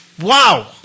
Wow